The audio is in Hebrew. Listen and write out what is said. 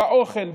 באוכל,